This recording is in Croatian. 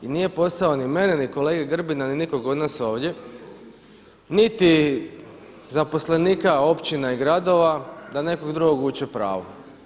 I nije posao ni mene ni kolege Grbina ni nikog od nas ovdje, niti zaposlenika, općina i gradova da nekog drugog uče pravu.